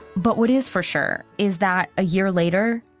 but what is for sure is that a year later,